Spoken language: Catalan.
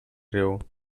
riu